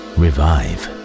revive